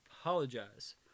apologize